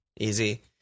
easy